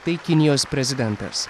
tai kinijos prezidentas